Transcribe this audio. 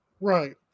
Right